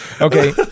Okay